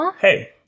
Hey